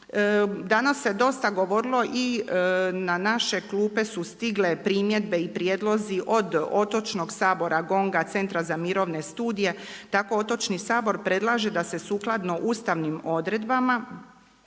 Danas se dosta govorilo i na naše klupe su stigle primjedbe i prijedlozi od Otočnog sabora, GONG-a , Centra za mirovne studije. Tako Otočni sabor predlaže da se sukladno ustavnim odredbama